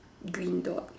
green dots